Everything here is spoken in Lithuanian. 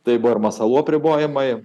tai buvo ir masalų apribojimai